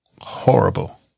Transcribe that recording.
horrible